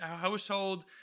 household